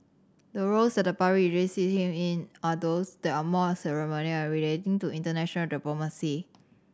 the roles that the public usually sees him in are those that are more ceremonial and relating to international diplomacy